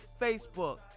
Facebook